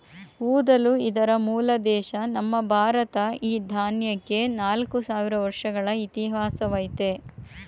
ಊದಲು ಇದರ ಮೂಲ ದೇಶ ನಮ್ಮ ಭಾರತ ಈ ದಾನ್ಯಕ್ಕೆ ನಾಲ್ಕು ಸಾವಿರ ವರ್ಷಗಳ ಇತಿಹಾಸವಯ್ತೆ